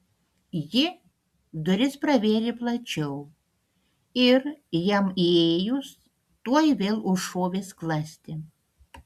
ji duris pravėrė plačiau ir jam įėjus tuoj vėl užšovė skląstį